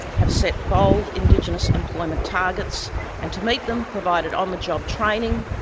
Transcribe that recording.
have set bold indigenous employment targets and to meet them, provided on the job training,